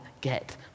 get